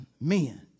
men